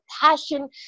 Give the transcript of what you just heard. passion